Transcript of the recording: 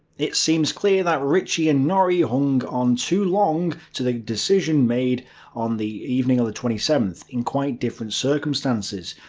it seems clear that ritchie and norrie hung on too long to the decision made on the evening of the twenty seventh, in quite different circumstances,